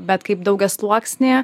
bet kaip daugiasluoksnį